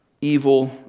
evil